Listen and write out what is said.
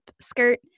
skirt